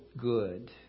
good